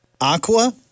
Aqua